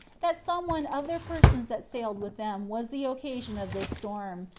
that some one of the persons that sailed with them was the occasion of this storm,